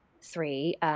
three